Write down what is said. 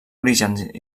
orígens